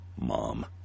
mom